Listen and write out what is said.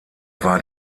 war